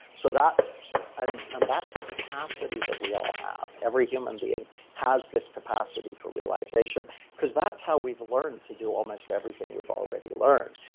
so that's and um a capacity that we all have. every human being has this capacity for realization because that's how we've learned to do almost everything we've already learned.